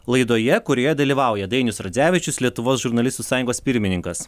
laidoje kurioje dalyvauja dainius radzevičius lietuvos žurnalistų sąjungos pirmininkas